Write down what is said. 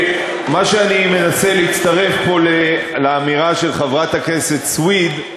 מה שאני מנסה להצטרף פה לאמירה של חברת הכנסת סויד,